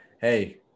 hey